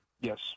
Yes